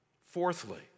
Fourthly